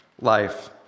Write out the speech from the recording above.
life